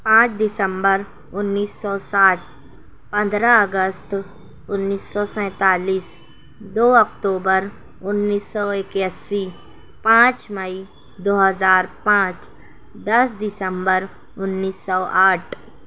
آٹھ دسمبر انیس سو ساٹھ پندرہ اگست انیس سو سینتالیس دو اکتوبر انیس سو اکیاسی پانچ مئی دو ہزار پانچ دس دسمبر انیس سو آٹھ